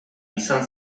izan